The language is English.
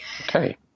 Okay